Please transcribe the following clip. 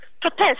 protest